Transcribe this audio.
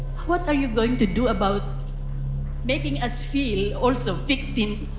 what are you going to do about making us feel also victims?